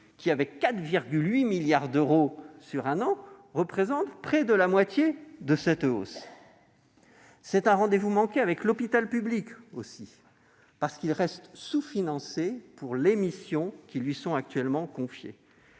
avec 4,8 milliards d'euros sur un an, représente près de la moitié de cette augmentation. C'est aussi un rendez-vous manqué avec l'hôpital public, qui reste sous-financé pour les missions qui lui sont actuellement confiées.